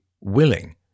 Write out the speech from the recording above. willing